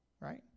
right